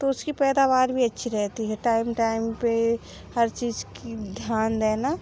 तो उसकी पैदावार भी अच्छी रहती है टाइम टाइम पर हर चीज़ का ध्यान देना